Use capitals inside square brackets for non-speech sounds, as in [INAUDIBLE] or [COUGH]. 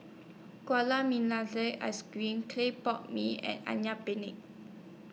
Gula [UNINTELLIGIBLE] Ice Cream Clay Pot Mee and Ayam Penyet